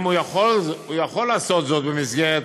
הוא יכול לעשות זאת במסגרת